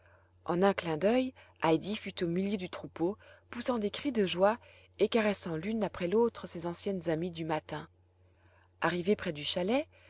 en un clin dœil heidi fut au milieu du troupeau poussant des cris de joie et caressant l'une après l'autre ses anciennes amies du matin arrivé près du chalet